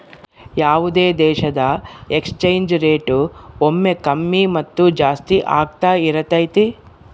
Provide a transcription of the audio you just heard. ಯಾವುದೇ ದೇಶದ exchange rate ಒಮ್ಮೆ ಕಮ್ಮಿ ಮತ್ತು ಜಾಸ್ತಿ ಆಗ್ತಾ ಇರತೈತಿ